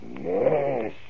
Yes